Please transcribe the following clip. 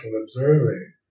observing